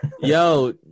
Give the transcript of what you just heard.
Yo